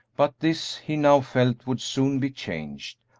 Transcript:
but this he now felt would soon be changed,